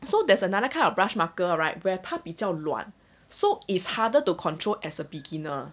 so there's another kind of brush marker right where 他比较乱 so is harder to control as a beginner